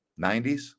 90s